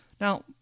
Now